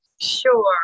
Sure